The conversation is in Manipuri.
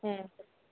ꯎꯝ